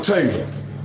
Taylor